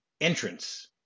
entrance